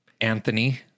Anthony